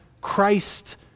Christ